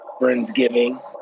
friendsgiving